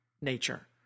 nature